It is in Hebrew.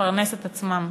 לפרנס את עצמם,